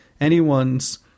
anyone's